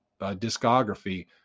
discography